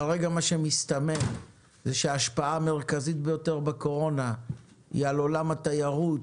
כרגע מה שמסתמן זה שההשפעה המרכזית ביותר בקורונה היא על עולם התיירות,